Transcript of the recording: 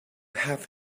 have